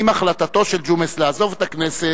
עם החלטתו של ג'ומס לעזוב את הכנסת,